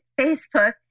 Facebook